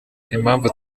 impamvu